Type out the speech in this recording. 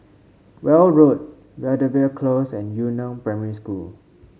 Weld Road Belvedere Close and Yu Neng Primary School